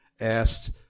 asked